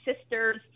Sisters